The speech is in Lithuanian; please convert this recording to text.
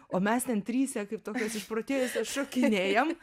o mes ten tryse kaip tokios išprotėjusios šokinėjam